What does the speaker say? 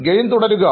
game തുടരുക